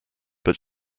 but